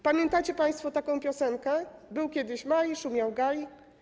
Pamiętacie państwo taką piosenkę: był kiedyś maj, szumiał gaj?